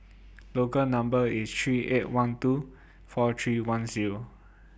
Local Number three eight one two four three one Zero